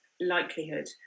likelihood